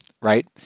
right